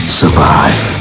survive